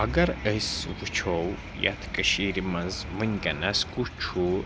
اگر أسۍ وٕچھو یَتھ کٔشیٖرِ منٛز وٕنکٮ۪نَس کُس چھُ